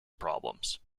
problems